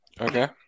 Okay